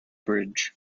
bridge